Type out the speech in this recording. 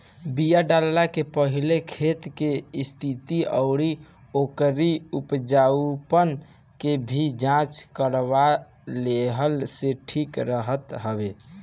बिया डालला के पहिले खेत के स्थिति अउरी ओकरी उपजाऊपना के भी जांच करवा लेहला से ठीक रहत हवे